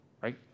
right